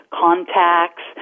contacts